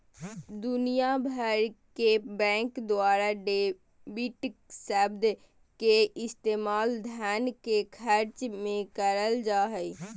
दुनिया भर के बैंक द्वारा डेबिट शब्द के इस्तेमाल धन के खर्च मे करल जा हय